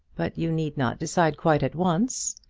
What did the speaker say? but you need not decide quite at once.